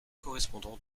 correspondant